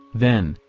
then,